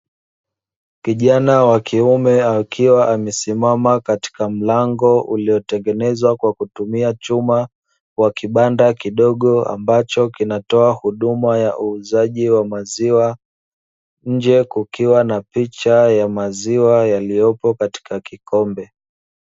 Kijana wa kiume akiwa amesimama katika mlango, uliotengenezwa kwa kutumia chuma, wa kibanda kidogo ambacho kinatoa huduma ya uuzaji wa maziwa, nje kukiwa na picha ya maziwa yaliyopo katika kikombe.